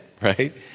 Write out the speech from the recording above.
right